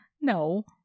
no